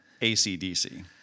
ACDC